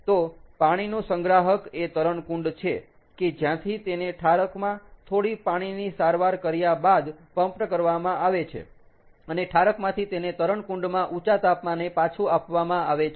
તો પાણીનું સંગ્રાહક એ તરણકુંડ છે કે જ્યાંથી તેને ઠારકમાં થોડી પાણીની સારવાર કર્યા બાદ પમ્પ્ડ કરવામાં આવે છે અને ઠારકમાંથી તેને તરણકુંડમાં ઊંચા તાપમાને પાછું આપવામાં આવે છે